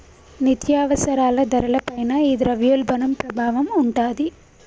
నిత్యావసరాల ధరల పైన ఈ ద్రవ్యోల్బణం ప్రభావం ఉంటాది